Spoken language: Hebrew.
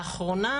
לאחרונה,